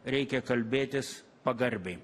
reikia kalbėtis pagarbiai